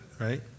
right